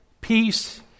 peace